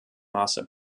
maße